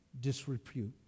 disrepute